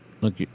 look